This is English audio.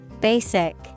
Basic